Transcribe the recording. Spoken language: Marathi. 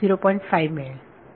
5 मिळेल आणि